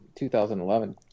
2011